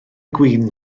gwin